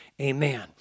Amen